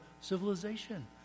civilization